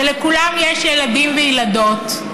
שלכולם יש ילדים וילדות,